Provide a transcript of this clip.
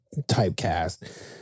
typecast